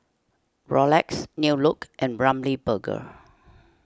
Rolex New Look and Ramly Burger